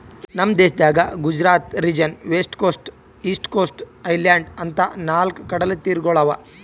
ನಮ್ ದೇಶದಾಗ್ Gujarat region, west coast, east coast, island ಅಂತಾ ನಾಲ್ಕ್ ಕಡಲತೀರಗೊಳ್ ಅವಾ